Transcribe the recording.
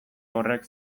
horrek